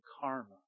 karma